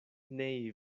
nei